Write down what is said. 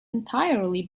entirely